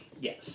Yes